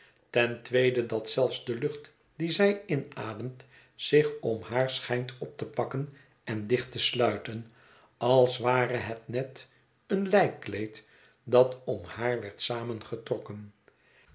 ten tweede dat zelfs de lucht die zij inademt zich om haar schijnt op te pakken en dicht te sluiten als ware het een net of een lijkkleed dat om haar werd